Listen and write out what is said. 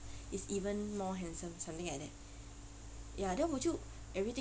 it's even more handsome something like that ya then would you everything